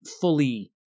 fully